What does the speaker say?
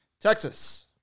Texas